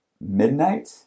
midnight